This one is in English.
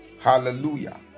hallelujah